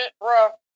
bruh